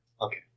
Okay